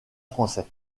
français